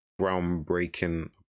groundbreaking